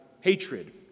hatred